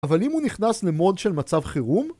‫אבל אם הוא נכנס לmode של מצב חירום...